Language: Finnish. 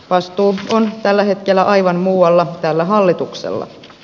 vastuu on tällä hetkellä aivan muualla tällä hallituksella